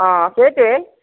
অঁ সেইটোৱেই